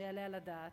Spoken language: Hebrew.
לא יעלה על הדעת.